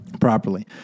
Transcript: properly